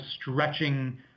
stretching